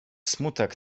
smutek